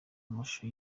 amashusho